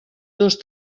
dos